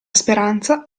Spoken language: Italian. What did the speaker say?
speranza